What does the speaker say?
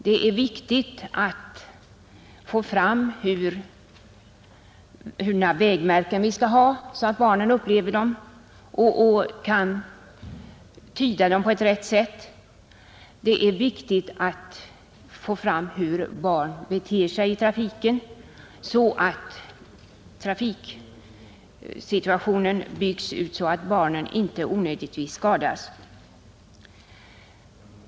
Det är viktigt att få fram hurudana vägmärken vi skall ha så att barnen kan uppleva dem och tyda dem på ett riktigt sätt, och det är viktigt att få fram hur barn beter sig i trafiken så att trafiksituationen kan byggas ut på ett sådant sätt att barnen inte onödigtvis skadas.